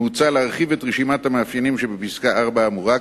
מוצע להרחיב את רשימת המאפיינים שבפסקה (4) האמורה,